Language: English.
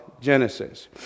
Genesis